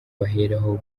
baheraho